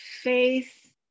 faith